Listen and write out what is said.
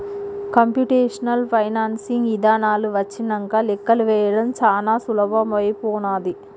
computational financing ఇదానాలు వచ్చినంక లెక్కలు వేయడం చానా సులభమైపోనాది